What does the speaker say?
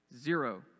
Zero